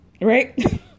Right